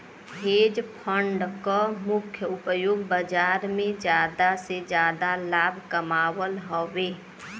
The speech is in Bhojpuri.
हेज फण्ड क मुख्य उपयोग बाजार में जादा से जादा लाभ कमावल हउवे